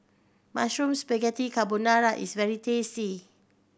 Mushroom Spaghetti Carbonara is very tasty